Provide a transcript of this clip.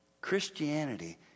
Christianity